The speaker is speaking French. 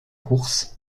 courses